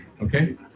okay